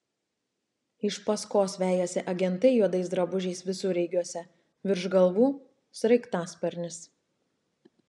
iš paskos vejasi agentai juodais drabužiais visureigiuose virš galvų sraigtasparnis